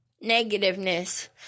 negativeness